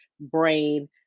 brain